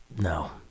No